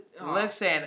Listen